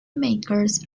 makers